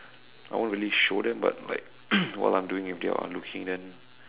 I won't really show them but like while I'm doing if they are onlooking then